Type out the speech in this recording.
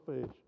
fish